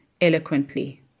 eloquently